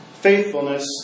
faithfulness